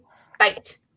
spite